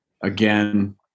again